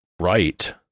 right